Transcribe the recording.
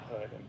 Hood